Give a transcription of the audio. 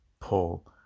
pull